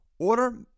Order